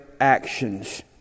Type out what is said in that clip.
actions